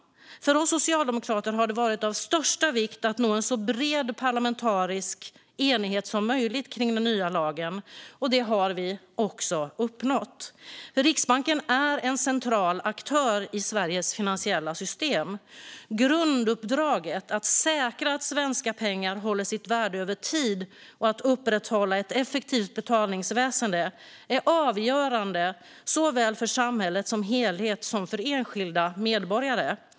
För oss socialdemokrater har det varit av största vikt att nå en så bred parlamentarisk enighet som möjligt om den nya lagen, och det har vi också uppnått. Riksbanken är en central aktör i Sveriges finansiella system. Grunduppdraget att säkra att svenska pengar håller sitt värde över tid och att upprätthålla ett effektivt betalningsväsen är avgörande såväl för samhället som helhet som för enskilda medborgare.